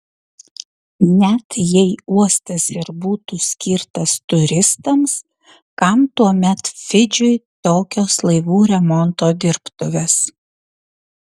net jei uostas ir būtų skirtas turistams kam tuomet fidžiui tokios laivų remonto dirbtuvės